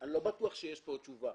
אני לא בטוח שיש פה תשובה,